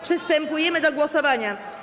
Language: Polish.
Przystępujemy do głosowania.